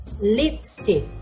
Lipstick